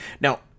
Now